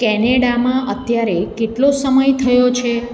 કેનેડામાં અત્યારે કેટલો સમય થયો છે